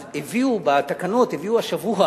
אז הביאו בתקנות, הביאו השבוע,